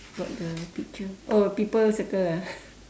got the picture oh people circle ah